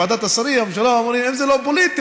ועדת השרים והממשלה אומרים לי שאם זה לא פוליטי,